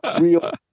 real